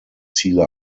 ziele